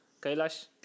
Kailash